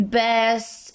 best